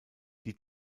die